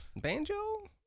Banjo